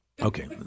okay